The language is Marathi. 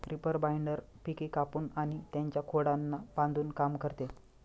रीपर बाइंडर पिके कापून आणि त्यांच्या खोडांना बांधून काम करते